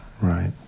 Right